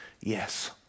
yes